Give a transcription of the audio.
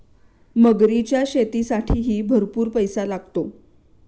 मगरीच्या शेतीसाठीही भरपूर पैसा लागतो